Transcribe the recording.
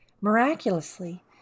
miraculously